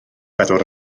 bedwar